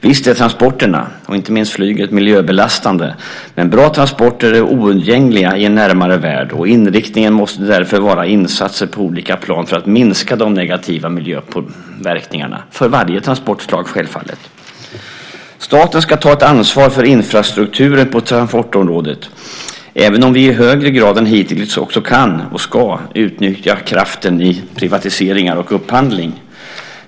Visst är transporterna, inte minst flyget, miljöbelastande. Men bra transporter är oundgängliga i en närmare värld. Inriktningen måste därför vara insatser på olika plan för att minska de negativa miljöpåverkningarna, självfallet för varje transportslag. Staten ska ta ett ansvar för infrastrukturen på transportområdet även om vi i högre grad än hittills också kan, och ska, utnyttja kraften i privatiseringar och upphandling.